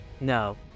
No